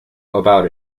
about